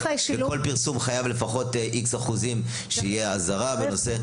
בכל פרסום חייב לפחות X אחוזים שתהיה אזהרה בנושא,